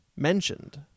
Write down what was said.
mentioned